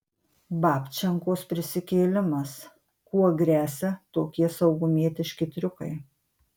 babčenkos prisikėlimas kuo gresia tokie saugumietiški triukai